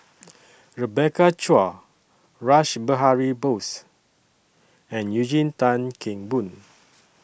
Rebecca Chua Rash Behari Bose and Eugene Tan Kheng Boon